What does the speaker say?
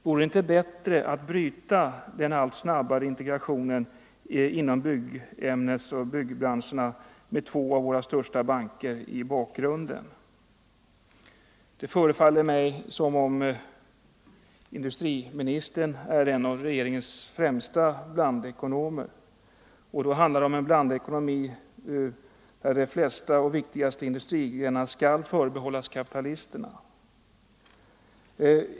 Vore det inte bättre att bryta den allt snabbare integrationen inom byggämnesoch byggbranscherna med två av våra största banker i bakgrunden? Det förefaller mig som om industriministern är en av regeringens främsta blandekonomer — och det handlar om en blandekonomi där de flesta och viktigaste industrigrenarna skall förbehållas kapitalisterna.